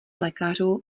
lékařů